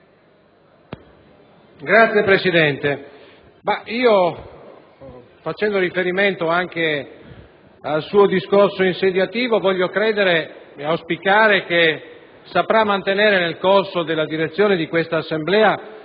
Signor Presidente, facendo riferimento anche al suo discorso di insediamento, voglio credere ed auspicare che saprà mantenere, nel corso della direzione dei lavori di questa Assemblea,